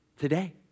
Today